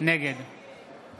נגד